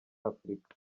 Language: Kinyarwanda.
afurika